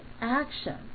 action